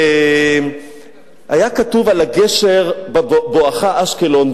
היה כתוב על הגשר בואכה אשקלון,